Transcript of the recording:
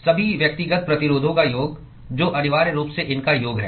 सभी व्यक्तिगत प्रतिरोधों का योग जो अनिवार्य रूप से इनका योग है